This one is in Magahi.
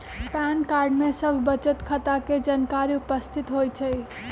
पैन कार्ड में सभ बचत खता के जानकारी उपस्थित होइ छइ